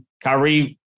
Kyrie